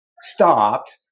stopped